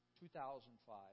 2005